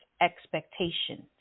expectations